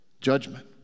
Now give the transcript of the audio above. Judgment